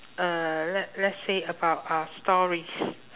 uh let let's say about uh stories